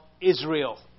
Israel